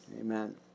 Amen